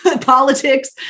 Politics